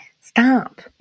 stop